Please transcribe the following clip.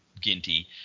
Ginty